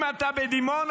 אם אתה בדימונה,